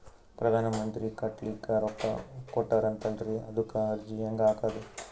ಪ್ರಧಾನ ಮಂತ್ರಿ ಮನಿ ಕಟ್ಲಿಕ ರೊಕ್ಕ ಕೊಟತಾರಂತಲ್ರಿ, ಅದಕ ಅರ್ಜಿ ಹೆಂಗ ಹಾಕದು?